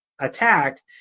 attacked